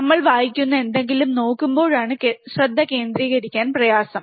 നമ്മൾ വായിക്കുന്ന എന്തെങ്കിലും നോക്കുമ്പോഴാണ് ശ്രദ്ധ കേന്ദ്രീകരിക്കാൻപ്രയാസം